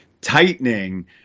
tightening